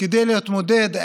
להוריד את הדבר הזה.